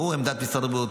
ברורה עמדת משרד הבריאות.